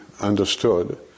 understood